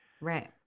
Right